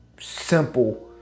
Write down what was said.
simple